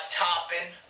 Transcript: topping